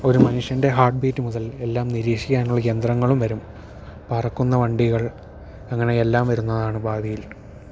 ഒരു മനുഷ്യൻ്റെ heartbeat മുതൽ എല്ലാം നിരീക്ഷിക്കാനുള്ള യന്ത്രങ്ങളും വരും പറക്കുന്ന വണ്ടികൾ അങ്ങനെ എല്ലാം വരുന്നതാണ് ഭാവിയിൽ